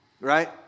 right